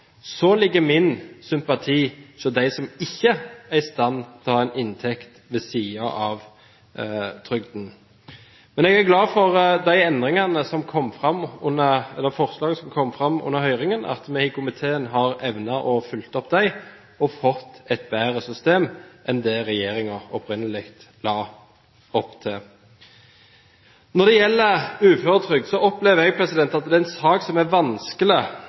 ligger min sympati hos dem som ikke er i stand til å ha en inntekt ved siden av trygden. Jeg er glad for at vi i komiteen har evnet å følge opp de forslagene som kom fram under høringen, og har fått et bedre system enn det regjeringen opprinnelig la opp til. Når det gjelder uføretrygd, opplever jeg at det er en sak som er vanskelig